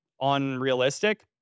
unrealistic